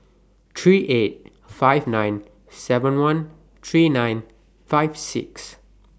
three eight five nine seven one three nine five six